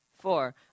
four